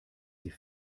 sie